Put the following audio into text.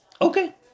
Okay